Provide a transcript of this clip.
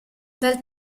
dal